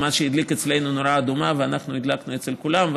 מה שהדליק אצלנו נורה אדומה ואנחנו הדלקנו אצל כולם,